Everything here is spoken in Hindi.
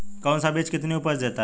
कौन सा बीज कितनी उपज देता है?